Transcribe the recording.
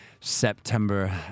September